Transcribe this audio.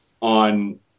on